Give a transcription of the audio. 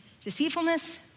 deceitfulness